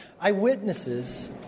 Eyewitnesses